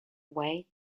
way